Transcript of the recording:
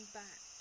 back